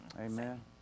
Amen